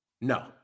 No